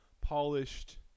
polished